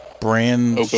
brand